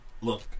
Look